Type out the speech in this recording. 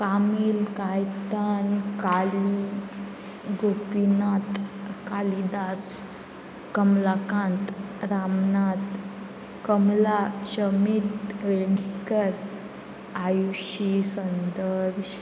Camille Caitan Kali Gopinath Kalidas Kamalakant Ramnath Kamala Shamit Velgikar Ayushi Sandarsh